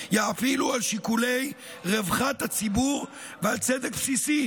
יאפילו על שיקולי רווחת הציבור ועל צדק בסיסי?